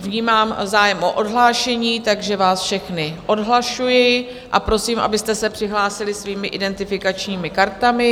Vnímám zájem o odhlášení, takže vás všechny odhlašuji a prosím, abyste se přihlásili svými identifikačními kartami.